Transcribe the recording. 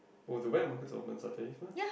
oh the wet markets are open on Saturdays meh